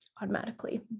automatically